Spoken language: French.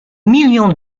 millions